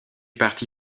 parti